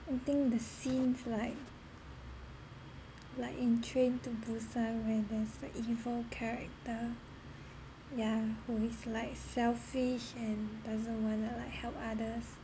I think the scenes like like in train to busan where there's like evil character yeah who is like selfish and doesn't want to like help others